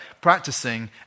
practicing